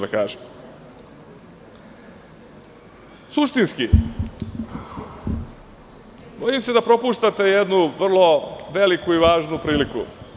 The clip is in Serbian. Suštinski, bojim se da propuštate jednu vrlo veliku i važnu priliku.